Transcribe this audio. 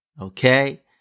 Okay